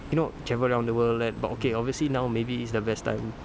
you know travel around the world all that but okay obviously now maybe it's the best time